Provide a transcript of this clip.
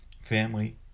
family